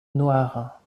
noir